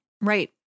Right